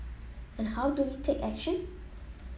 and how do we take action